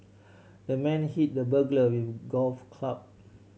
the man hit the burglar with a golf club